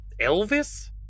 Elvis